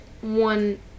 one